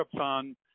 on